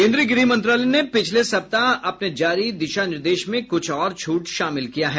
केन्द्रीय गृह मंत्रालय ने पिछले सप्ताह अपने जारी दिशा निर्देश में कुछ और छूट शामिल किया है